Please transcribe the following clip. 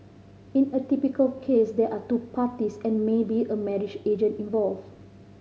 in a typical case there are two parties and maybe a marriage agent involved